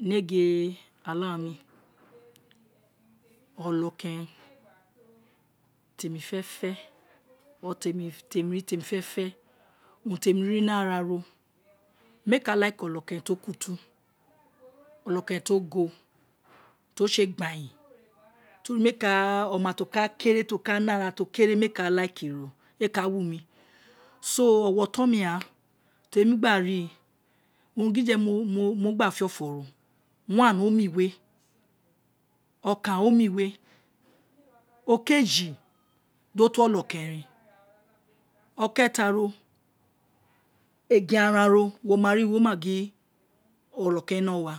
Ni egin akami onokeren ti emi fe fe or te mi ri ti emi fefe urun ti emi ri ni ara mee ka like onokeren tio kutu ono keren ti o go tiose gboyin oma ti o ka kere ti oka ni ara, oma ti okere mee ka like ro, eē ka coun mi so owa oton mi ghan ti emi gba rii, urun gidije owun mo gba fe ofo ro one oma loe okan o ma lioe, okeeyi di o to onokeren okei taro egin ara ro wo ma ri wo ma gin onokeren ē no wa